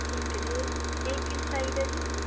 ਠੀਕ ਹੈ ਜੀ ਏ ਇਹ ਕਿਸ ਸਾਈਡ ਹੈ ਜੀ